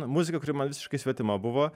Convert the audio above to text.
muzika kuri man visiškai svetima buvo